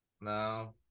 No